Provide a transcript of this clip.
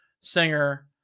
singer